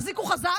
תחזיקו חזק,